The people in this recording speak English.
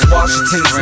Washington